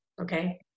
Okay